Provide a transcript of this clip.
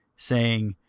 saying,